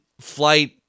flight